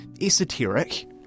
esoteric